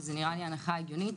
וזו נראית לי הנחה הגיונית,